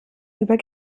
über